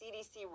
CDC